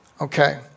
Okay